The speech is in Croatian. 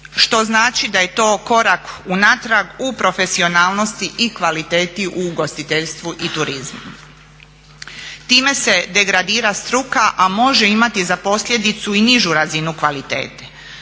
Što znači da je to korak unatrag u profesionalnosti i kvaliteti u ugostiteljstvu i turizmu. Time se degradira struka, a može imati za posljedicu i nižu razinu kvalitete.